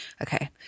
Okay